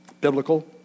biblical